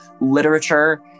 literature